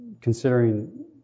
considering